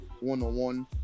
one-on-one